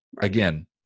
again